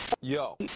Yo